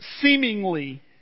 seemingly